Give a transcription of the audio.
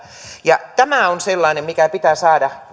ja tämä on sellainen mikä pitää saada